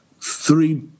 three